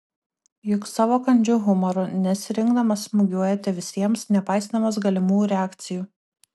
juk savo kandžiu humoru nesirinkdamas smūgiuojate visiems nepaisydamas galimų reakcijų